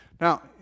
Now